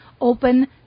Open